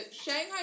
Shanghai